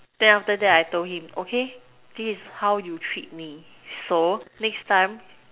then after that I told him okay this is how you treat me so next time